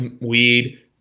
weed